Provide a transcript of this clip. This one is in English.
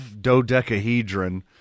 dodecahedron